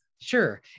Sure